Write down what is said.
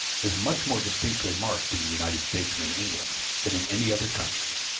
is much more distinctly marked in the united states and in england than in any other country.